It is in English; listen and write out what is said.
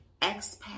expat